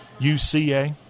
UCA